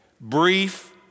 brief